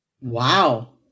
Wow